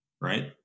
Right